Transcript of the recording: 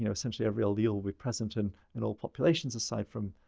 you know essentially every allele will be present in and all populations aside from,